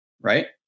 right